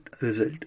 result